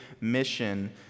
mission